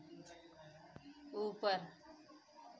ऊपर